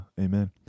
amen